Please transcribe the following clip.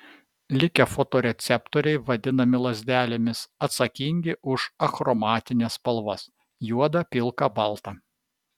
likę fotoreceptoriai vadinami lazdelėmis atsakingi už achromatines spalvas juodą pilką baltą